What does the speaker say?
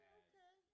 okay